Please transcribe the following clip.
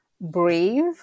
Brave